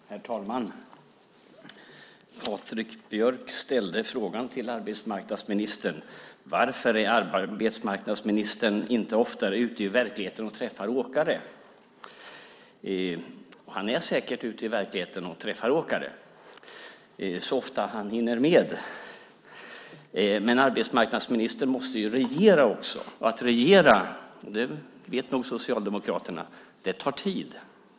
Herr talman! Patrik Björck ställde frågan till arbetsmarknadsministern: Varför är arbetsmarknadsministern inte oftare ute i verkligheten och träffar åkare? Han är säkert ute i verkligheten och träffar åkare så ofta han hinner med. Men arbetsmarknadsministern måste ju regera också, och att regera - det vet nog Socialdemokraterna - tar tid.